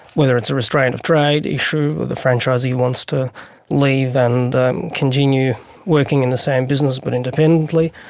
whether it's a restraint of trade issue, the franchisee wants to leave and continue working in the same business but independently,